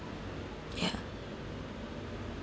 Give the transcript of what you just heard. ya